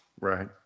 Right